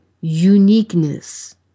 uniqueness